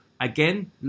again